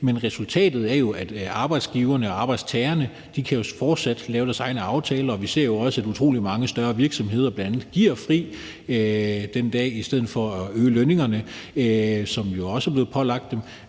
men resultatet er jo, at arbejdsgiverne og arbejdstagerne fortsat kan lave deres egne aftaler. Vi ser jo også, at utrolig mange virksomheder bl.a. giver fri den dag i stedet for at øge lønningerne, hvilket jo også er blevet pålagt dem.